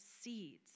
seeds